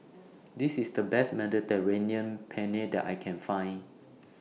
This IS The Best Mediterranean Penne that I Can Find